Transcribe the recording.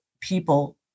people